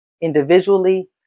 individually